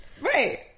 Right